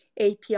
API